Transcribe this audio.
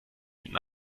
den